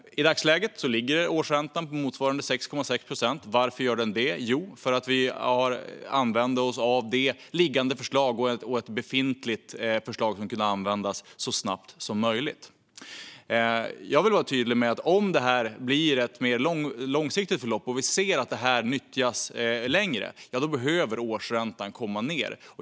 I dagsläget ligger årsräntan på motsvarande 6,6 procent. Varför gör den det? Jo, det gör den för att vi använder oss av det föreliggande förslaget och ett befintligt förslag som kunde användas så snabbt som möjligt. Jag vill vara tydlig med att om detta blir ett mer långsiktigt förlopp och vi ser att detta nyttjas längre, då behöver årsräntan komma ned.